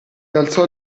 alzò